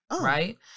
right